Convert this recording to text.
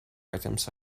items